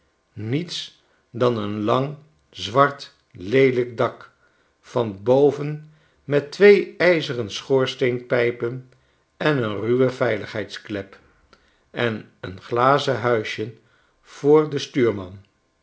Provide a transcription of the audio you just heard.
niets dan een lang zwart leelijk dak van boven met twee ijzeren schoorsteenpijpen en een ruwe veiligheidsklep en een glazen huisjen voor den stuurman